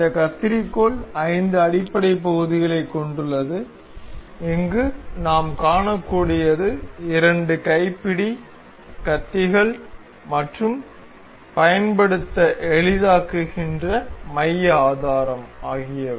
இந்த கத்தரிக்கோல் ஐந்து அடிப்படை பகுதிகளைக் கொண்டுள்ளது இங்கு நாம் காணக்கூடியது இரண்டு கைப்பிடி கத்திகள் மற்றும் பயன்படுத்த எளிதாக்குகின்ற மைய ஆதாரம் ஆகியவை